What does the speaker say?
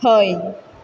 हय